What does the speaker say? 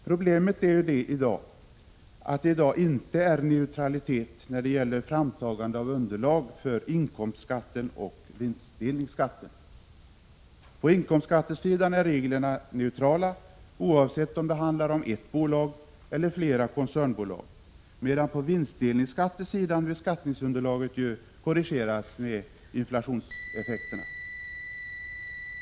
Problemet är ju att det i dag inte är neutralitet när det gäller framtagande av underlag för inkomstskatten och vinstdelningsskatten. På inkomstskattesidan är reglerna neutrala, oavsett om det handlar om ett bolag eller flera koncernbolag, medan på vinstdelningsskattesidan beskattningsunderlaget ju korrigeras med hänsyn till inflationseffekterna.